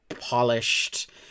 polished